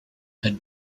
had